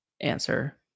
answer